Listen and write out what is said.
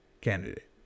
candidate